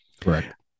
Correct